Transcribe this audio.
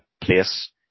place